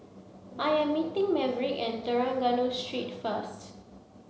I am meeting Maverick at Trengganu Street first